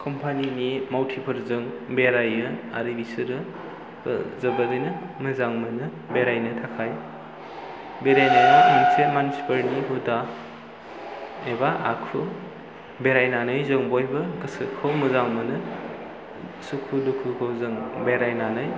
कम्पानिनि मावथिफोरजों बेरायो आरो बिसोरो ओह जोबोरैनो मोजां मोनो बेरायनो थाखाय बेरायनाया मोनसे मानसिफोरनि हुदा एबा आखु बेरायनानै जों बयबो गोसोखौ मोजां मोनो सुखु दुखुखौ जों बेरायनानै